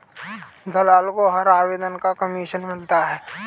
दलाल को हर आवेदन का कमीशन मिलता है